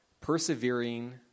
persevering